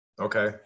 Okay